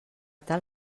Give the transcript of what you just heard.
tal